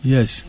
Yes